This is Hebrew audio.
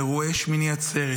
באירועי שמיני עצרת,